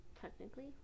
technically